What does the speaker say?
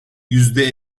yüzde